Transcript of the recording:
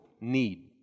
need